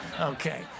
Okay